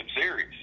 series